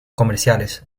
comerciales